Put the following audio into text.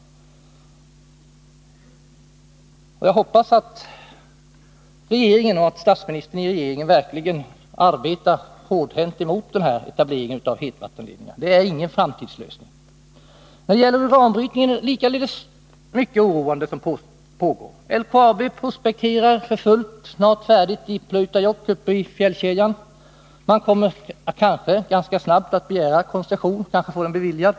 Jag hoppas att regeringen, och statsministern, verkligen arbetar hårt mot etableringen av hetvattenledningen. Denna är ingen framtidslösning. När det gäller uranbrytning pågår likaledes mycket oroande saker. LKAB prospekterar för fullt och är snart färdigt i Pleutajokk uppe i fjällkedjan. Man kommer kanske ganska snart att begära koncession, och kanske får man den också beviljad.